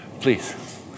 Please